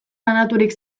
banaturik